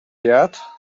yet